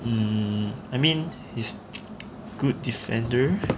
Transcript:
mm I mean he's good defender